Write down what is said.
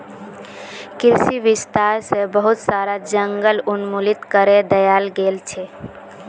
कृषि विस्तार स बहुत सारा जंगल उन्मूलित करे दयाल गेल छेक